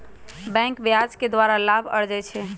बैंके ब्याज के द्वारा लाभ अरजै छै